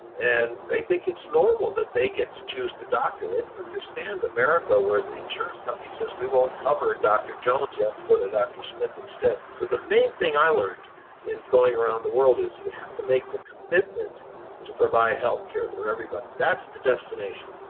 and they think it's normal that they get to choose the doctor. they don't understand america, where the insurance company says we won't cover a doctor jones. you have to go to dr. smith instead. so the main thing i learned in going around the world is you have to make the commitment to provide health care for everybody. that's the destination.